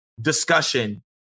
discussion